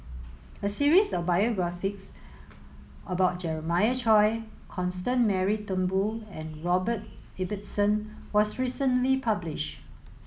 a series of biographies about Jeremiah Choy Constance Mary Turnbull and Robert Ibbetson was recently publish